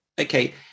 okay